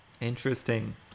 Interesting